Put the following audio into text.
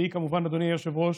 והיא, כמובן, אדוני היושב-ראש,